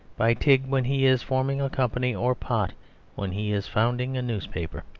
by tigg when he is forming a company, or pott when he is founding a newspaper.